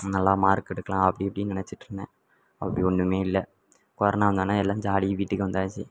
நல்லா மார்க் எடுக்கலாம் அப்படி இப்படின்னு நினச்சிட்ருந்தேன் அப்படி ஒன்றுமே இல்லை கொரோனா வந்தோன்னே எல்லாம் ஜாலி வீட்டுக்கு வந்தாச்சு